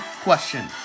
question